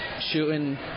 shooting